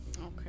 Okay